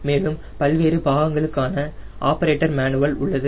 மேலும் பல்வேறு பாகங்களுக்கான ஆபரேட்டர் மேனுவல் உள்ளது